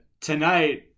Tonight